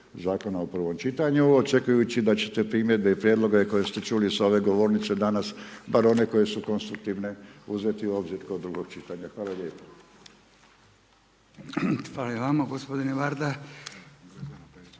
zakona u prvom čitanju, očekujući da ćete primjedbe i prijedloge koje ste čuli sa ove govornice danas bar one koje su konstruktivne uzeti u obzir kod drugog čitanja. Hvala lijepo. **Radin, Furio